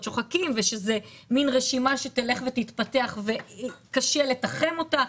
שוחקים ושזאת מעין רשימה שתלך תתפתח וקשה לתחם אותה,